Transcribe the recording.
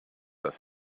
dass